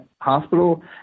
Hospital